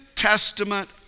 Testament